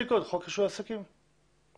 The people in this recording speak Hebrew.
אישורו של נותן